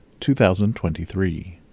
2023